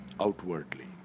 outwardly